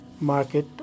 market